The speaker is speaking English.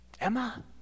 Emma